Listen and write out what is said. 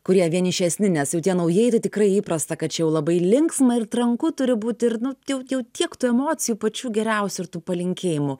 kurie vienišesni nes jau tie naujieji tai tikrai įprasta kad čia jau labai linksma ir tranku turi būt ir nu jau jau tiek tų emocijų pačių geriausių ir tų palinkėjimų